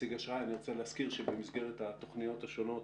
בתכניות השונות